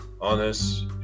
honest